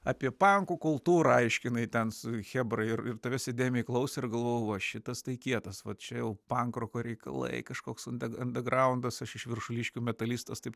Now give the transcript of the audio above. apie pankų kultūrą aiškinai ten su chebrai ir tavęs įdėmiai klauso ir galvojau va šitas tai kietas tačiau pank roko reikalai kažkoks ant andegraundas aš iš viršuliškių metalistas taip